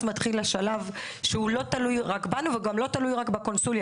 מתחיל השלב שהוא לא תלוי רק בנו וגם לא תלוי רק בקונסוליה